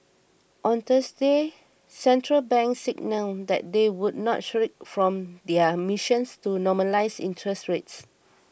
on Thursday central banks signalled that they would not shirk from their missions to normalise interest rates